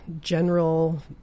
general